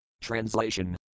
Translation